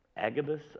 Agabus